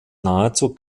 nahezu